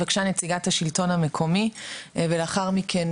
נציגת השלטון המקומי, בבקשה.